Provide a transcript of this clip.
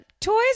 Toys